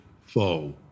foe